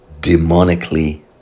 demonically